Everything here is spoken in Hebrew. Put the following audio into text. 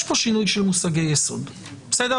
יש פה שינוי של מושגי יסוד, בסדר?